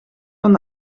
van